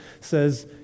says